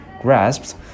grasped